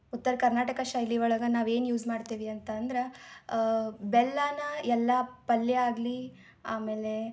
ಉತ್ತರ ಕರ್ನಾಟಕ ಶೈಲಿ ಒಳಗೆ ನಾವೇನು ಯೂಸ್ ಮಾಡ್ತೀವಿ ಅಂತಂದ್ರೆ ಬೆಲ್ಲನ ಎಲ್ಲ ಪಲ್ಯ ಆಗಲಿ ಆಮೇಲೆ